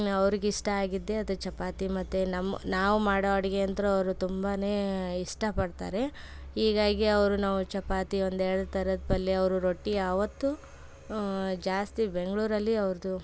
ಅವ್ರಿಗೆ ಇಷ್ಟ ಆಗಿದ್ದೇ ಅದು ಚಪಾತಿ ಮತ್ತು ನಮ್ಮ ನಾವು ಮಾಡೋ ಅಡುಗೆ ಅಂದ್ರೆ ಅವರು ತುಂಬ ಇಷ್ಟಪಡ್ತಾರೆ ಹೀಗಾಗಿ ಅವರು ನಾವು ಚಪಾತಿ ಒಂದು ಎರಡು ಥರದ ಪಲ್ಯ ಅವರು ರೊಟ್ಟಿ ಯಾವತ್ತೂ ಜಾಸ್ತಿ ಬೆಂಗಳೂರಲ್ಲಿ ಅವ್ರದ್ದು